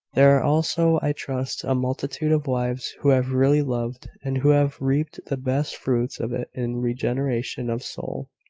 there are also, i trust, a multitude of wives who have really loved, and who have reaped the best fruits of it in regeneration of soul.